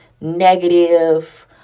negative